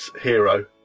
hero